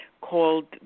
called